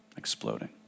Exploding